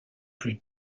plus